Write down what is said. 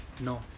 no